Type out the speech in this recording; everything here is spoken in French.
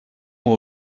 moi